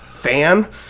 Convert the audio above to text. fan